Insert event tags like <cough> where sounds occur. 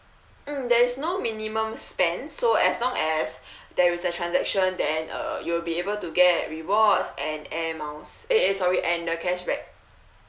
mm there is no minimum spend so as long as <breath> there is a transaction then uh you will be able to get rewards and air miles eh eh sorry and the cashback